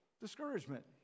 discouragement